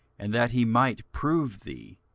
and that he might prove thee,